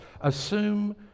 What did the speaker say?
assume